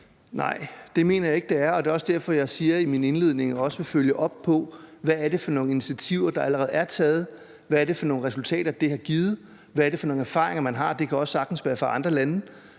Nej, det mener jeg ikke det er. Det er også derfor, jeg siger i min indledning, at jeg vil følge op på, hvad det er for nogle initiativer, der allerede er taget, hvad det er for nogle resultater, det har givet, og hvad det er for nogle erfaringer, man har – det kan også sagtens være fra andre lande.